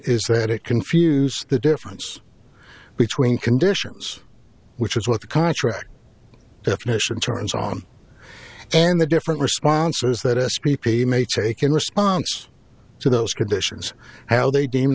is that it confused the difference between conditions which is what the contract definition turns on and the different responses that s p p may take in response to those conditions how they deem